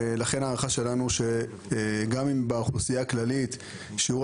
לכן ההערכה שלנו שגם אם באוכלוסייה הכללית שיעור